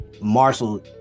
marshall